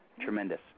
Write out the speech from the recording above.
Tremendous